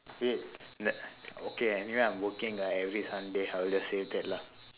okay anyway i'm working ah every sunday I'll just save that lah